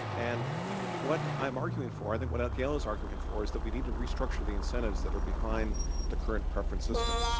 and what i'm arguing for, i think what gail is arguing for, is that we need to restructure the incentives that are behind the current preference system.